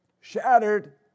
Shattered